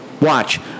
Watch